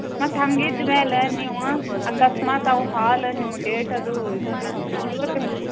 ಮತ್ತು ಹಂಗೆ ಇದ್ದ ಮೇಲೆ ನೀವು ಅಕಸ್ಮಾತ್ ಅವು ಹಾಲು ನಿಮ್ಮ ಡೇಟ್ ಅದು ಇದನ್ನ ಹೆಚ್ಚು ಕಡ್ಮೆ